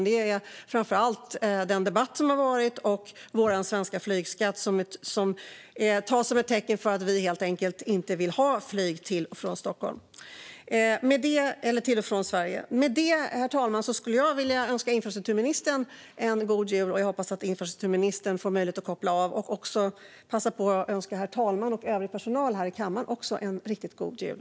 Det har varit en debatt om detta och vår svenska flygskatt, som tas som ett tecken på att vi helt enkelt inte vill ha flyg till och från Sverige. Med detta, herr talman, vill jag önska infrastrukturministern en god jul och hoppas att infrastrukturministern får möjlighet att koppla av. Jag vill också passa på att önska herr talmannen och övrig personal här i kammaren en riktigt god jul.